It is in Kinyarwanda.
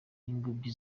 ingobyi